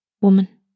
Woman